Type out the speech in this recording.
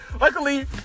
Luckily